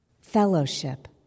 fellowship